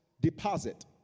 deposit